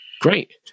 Great